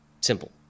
Simple